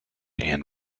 and